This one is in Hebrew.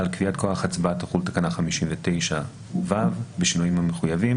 על קביעת כוח ההצבעה תחול תקנה 59ו בשינוים המחויבים.